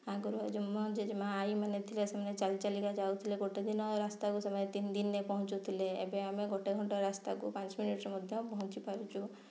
ଆଗରୁ ଯେଉଁ ମୋ ଜେଜେମା' ଆଈ ମାନେ ଥିଲେ ସେମାନେ ଚାଲି ଚାଲିକା ଯାଉଥିଲେ ଗୋଟେ ରାସ୍ତାକୁ ସେମାନେ ତିନି ଦିନରେ ପହଞ୍ଚୁଥିଲେ ଏବେ ଆମେ ଗୋଟେ ଘଣ୍ଟା ରାସ୍ତାକୁ ପାଞ୍ଚ ମିନିଟ୍ରେ ମଧ୍ୟ ପହଞ୍ଚି ପାରୁଛୁ